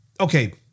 Okay